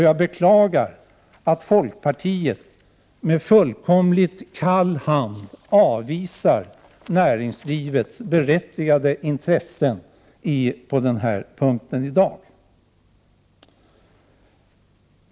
Jag beklagar att folkpartiet med kall hand i dag avvisar näringslivets berättigade intressen på den här punkten.